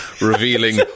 revealing